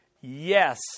yes